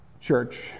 church